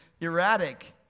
erratic